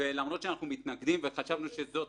ולמרות שאנחנו מתנגדים וחשבנו שזאת